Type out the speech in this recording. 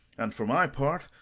and, for my part,